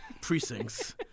precincts